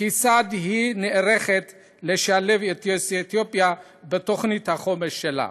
כיצד היא נערכת לשלב את יוצאי אתיופיה בתוכנית החומש שלה.